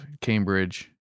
Cambridge